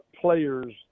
players